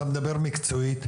אתה מדבר מקצועית.